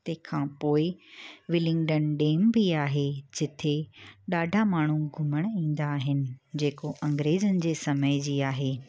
तंहिंखां पोइ Willingdon dam बि आहे जिथे ॾाढा माण्हू घुमणु ईंदा आहिनि जेको अंग्रेज़नि जी समय जी आहे